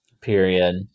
Period